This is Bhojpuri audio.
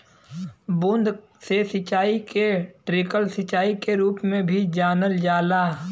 बूंद से सिंचाई के ट्रिकल सिंचाई के रूप में भी जानल जाला